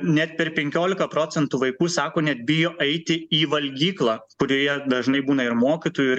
net per penkiolika procentų vaikų sako net bijo eiti į valgyklą kurioje dažnai būna ir mokytojų ir